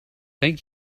thank